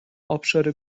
ابشار